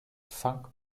funk